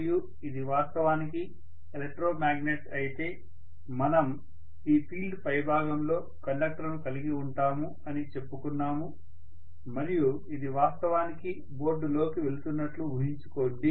మరియు ఇది వాస్తవానికి ఎలక్ట్రో మ్యాగ్నెట్ అయితే మనం ఈ ఫీల్డ్ పైభాగంలో కండక్టర్లను కలిగి ఉంటాము అని చెప్పుకున్నాము మరియు ఇది వాస్తవానికి బోర్డులోకి వెళుతున్నట్లు ఊహించుకోండి